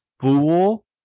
fool